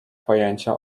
pojęcia